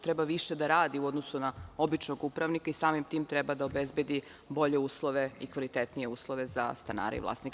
Treba više da radi u odnosu na običnog upravnika i samim tim treba da obezbedi bolje uslove i kvalitetnije uslove za stanare i vlasnike.